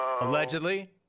Allegedly